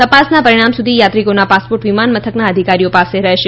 તપાસના પરિણામ સુધી યાત્રિકોના પાસપોર્ટ વિમાન મથકના અધિકારીઓ પાસે રહેશે